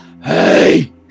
Hey